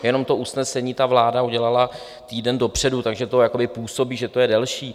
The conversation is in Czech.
Jenom to usnesení ta vláda udělala týden dopředu, takže to jakoby působí, že to je delší.